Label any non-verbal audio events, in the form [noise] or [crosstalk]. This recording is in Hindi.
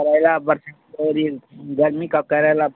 करैला [unintelligible] गर्मी का करैला